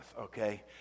Okay